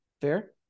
Fair